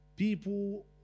People